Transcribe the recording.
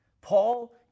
Paul